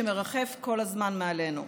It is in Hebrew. שמרחף כל הזמן מעלינו.